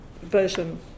version